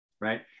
Right